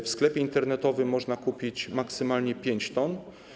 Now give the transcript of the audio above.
W sklepie internetowym można kupić maksymalnie 5 t.